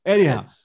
Anyhow